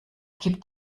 kippt